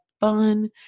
fun